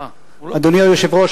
אדוני היושב-ראש,